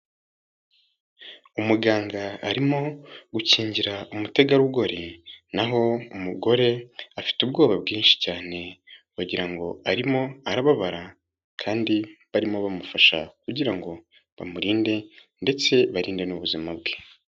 Umuganga arimo gukingira umutegarugori naho umugore afite ubwoba bwinshi cyane wagira ngo arimo arababara kandi barimo bamufasha kugira ngo bamurinde ndetse barinde n'ubuzima bwe.